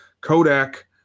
Kodak